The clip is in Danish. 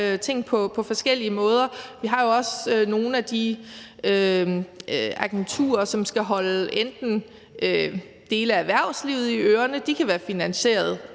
Vi har jo også nogle af de agenturer, som f.eks. skal holde dele af erhvervslivet i ørerne. De kan være finansieret